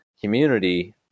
community